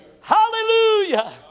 Hallelujah